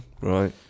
Right